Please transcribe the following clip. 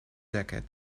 jacket